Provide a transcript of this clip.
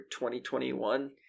2021